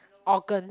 organ